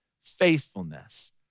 faithfulness